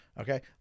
okay